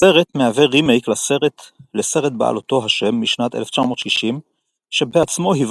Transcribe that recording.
הסרט מהווה רימייק לסרט בעל אותו השם משנת 1960 שבעצמו היווה